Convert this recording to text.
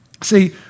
See